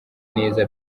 neza